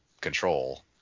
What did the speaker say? control